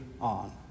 on